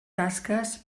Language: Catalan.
tasques